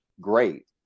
great